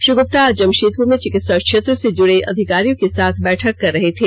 श्री गुप्ता आज जमषेदपुर में चिकित्सा क्षेत्र से जुड़े अधिकरियों के साथ बैठक कर रहे थे